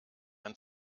ein